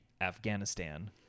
Afghanistan